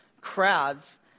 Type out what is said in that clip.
crowds